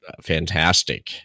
fantastic